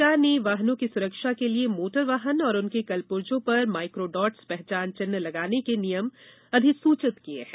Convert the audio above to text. सरकार ने वाहनों की सुरक्षा के लिए मोटर वाहन और उनके कलपुर्जो पर माइक्रोडॉट्स पहचान चिन्ह लगाने के नियम अधिसूचित किए हैं